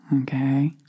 Okay